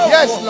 Yes